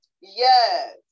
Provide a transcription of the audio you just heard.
Yes